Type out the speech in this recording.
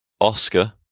Oscar